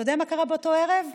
אתה יודע מה קרה באותו ערב?